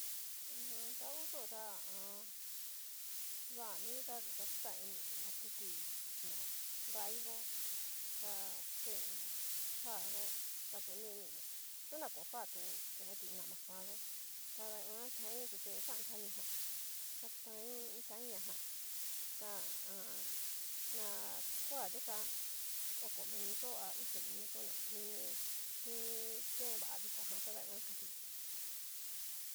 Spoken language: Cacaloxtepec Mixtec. Ha. ya hu ku ta ha a an. dami ta yu ta xatan ini ngi naketi ña naraiyó, ta key va yo ta kuniniña tona ko fa tu kentui nama kuan yó tada nguan tain tute xán tamijan, ta tain ñajan ta ha a an. na koa dikan oko minuto a uxi minuto na nini nini ken va dikon jan tada nguan katiña.